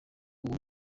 uwo